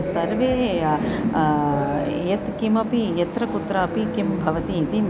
सर्वे यत्र किमपि यत्रकुत्रापि किं भवति इति